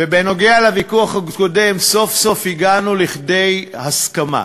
בוויכוח הקודם, סוף-סוף הגענו לידי הסכמה.